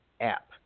app